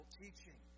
teaching